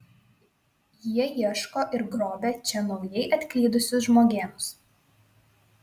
jie ieško ir grobia čia naujai atklydusius žmogėnus